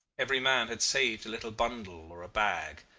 every man had saved a little bundle or a bag.